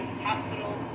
hospitals